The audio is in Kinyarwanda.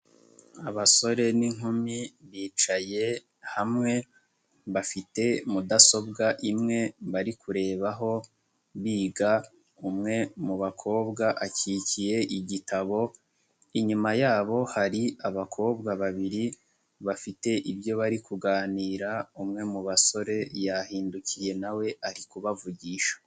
Abasore n'inkumi bicaye hamwe bafite mudasobwa imwe bari kurebaho biga, umwe mu bakobwa akikiye igitabo, inyuma yabo hari abakobwa babiri bafite ibyo bari kuganira, umwe mu basore yahindukiye na we ari kubavugisha.